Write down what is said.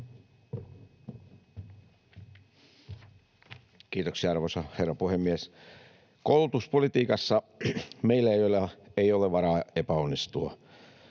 Kiitoksia, arvoisa herra puhemies! Koulutuspolitiikassa meillä ei ole varaa epäonnistua.